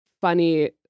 funny